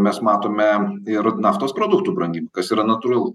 mes matome ir naftos produktų brangimą kas yra natūralu